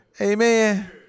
Amen